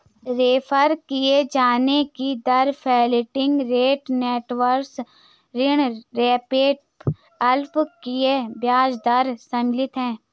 refer किये जाने की दर फ्लोटिंग रेट नोट्स ऋण स्वैप अल्पकालिक ब्याज दर शामिल है